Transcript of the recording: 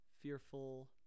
fearful